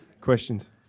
Questions